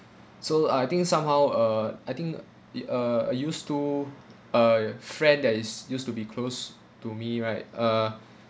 so I think somehow uh I think it uh I used to ah ya friend that is used to be close to me right uh